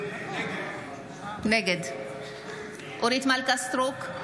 נגד אורית מלכה סטרוק,